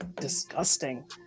disgusting